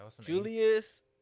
Julius